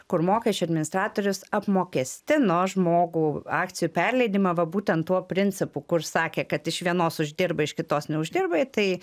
kur mokesčių administratorius apmokestino žmogų akcijų perleidimą va būtent tuo principu kur sakė kad iš vienos uždirbai iš kitos neuždirbai tai